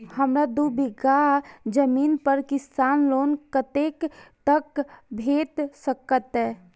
हमरा दूय बीगहा जमीन पर किसान लोन कतेक तक भेट सकतै?